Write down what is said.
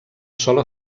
sola